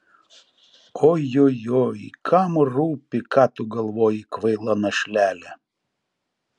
ojojoi kam rūpi ką tu galvoji kvaila našlele